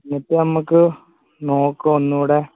എന്നിട്ട് നമുക്ക് നോക്കാം ഒന്നുകൂടെ